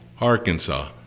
Arkansas